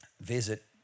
visit